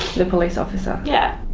the police officer? yeah